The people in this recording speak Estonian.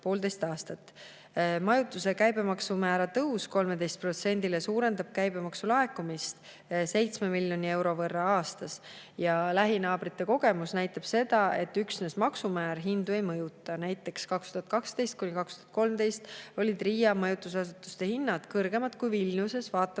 Majutus[asutuste] käibemaksumäära tõus 13%‑le suurendab käibemaksu laekumist 7 miljoni euro võrra aastas. Lähinaabrite kogemus näitab seda, et üksnes maksumäär hindu ei mõjuta. Näiteks 2012–2013 olid Riia majutusasutuste hinnad kõrgemad kui Vilniuses, vaatamata